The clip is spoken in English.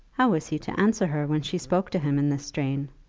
how was he to answer her when she spoke to him in this strain?